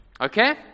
Okay